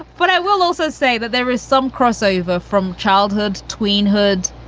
but i will also say that there is some crossover from childhood tween hood,